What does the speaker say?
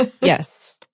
Yes